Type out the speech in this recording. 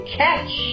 catch